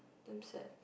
damn sad